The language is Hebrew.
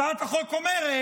הצעת החוק אומרת: